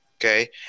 Okay